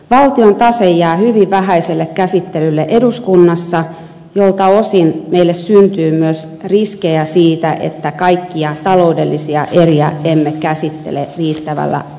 valtion tase jää hyvin vähäiselle käsittelylle eduskunnassa miltä osin meille syntyy myös riskejä siitä että kaikkia taloudellisia eriä emme käsittele riittävällä huolellisuudella